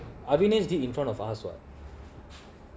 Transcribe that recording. no [what] err arvinis did in front of us [what]